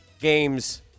games